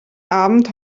abend